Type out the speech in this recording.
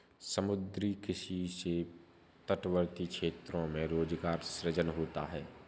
समुद्री किसी से तटवर्ती क्षेत्रों में रोजगार सृजन होता है